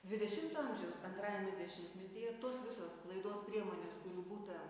dvidešimto amžiaus antrajame dešimtmetyje tos visos sklaidos priemonės kurių būta